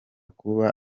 kuba